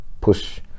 push